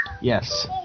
Yes